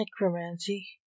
necromancy